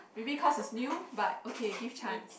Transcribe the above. maybe cause it's new but okay give chance